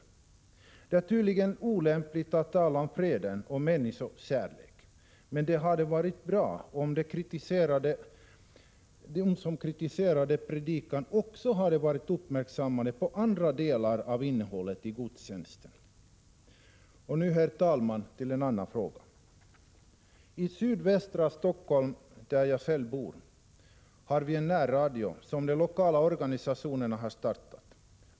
Det är tydligen olämpligt att tala om freden och om människokärlek, men det hade varit bra om de som kritiserade predikan också hade varit uppmärksamma på andra delar av innehållet i gudstjänsten. Och nu, herr talman, till en annan fråga. I sydvästra Stockholm, där jag själv bor, har vi en närradio som de lokala organisationerna har startat.